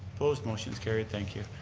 opposed? motion's carried, thank you.